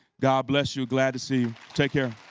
god bless you, glad to see you. take care.